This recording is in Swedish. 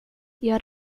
gör